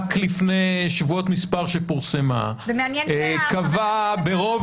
רק לפני שבועות מספר שפורסמה -- זה מעניין ----- קבע ברוב